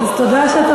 מודה באשמה.